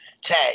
tag